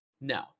No